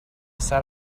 sat